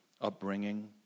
upbringing